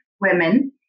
women